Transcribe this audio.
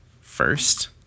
first